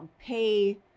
pay